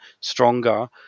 stronger